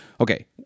Okay